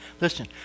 Listen